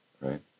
right